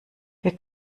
wir